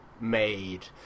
Made